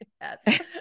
Yes